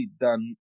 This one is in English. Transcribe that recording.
done